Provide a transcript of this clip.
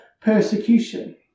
persecution